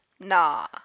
Nah